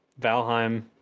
Valheim